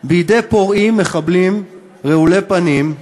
בידי פורעים, מחבלים, רעולי פנים,